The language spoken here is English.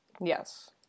Yes